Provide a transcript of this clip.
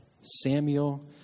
Samuel